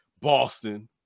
Boston –